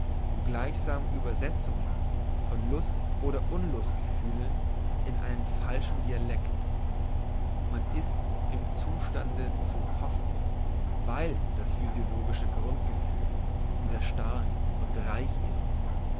und gleichsam übersetzungen von lust oder unlust gefühlen in einen falschen dialekt man ist im zustande zu hoffen weil das physiologische grundgefühl wieder stark und reich ist